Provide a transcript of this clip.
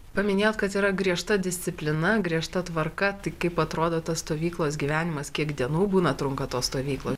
paminėjot kad yra griežta disciplina griežta tvarka tai kaip atrodo tas stovyklos gyvenimas kiek dienų būna trunka tos stovyklo